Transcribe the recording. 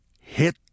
Hit